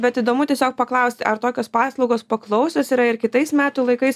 bet įdomu tiesiog paklaust ar tokios paslaugos paklausios yra ir kitais metų laikais